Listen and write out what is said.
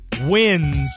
wins